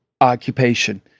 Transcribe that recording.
occupation